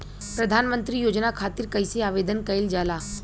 प्रधानमंत्री योजना खातिर कइसे आवेदन कइल जाला?